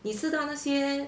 你知道那些